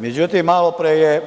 Međutim, malopre je,